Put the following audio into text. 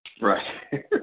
Right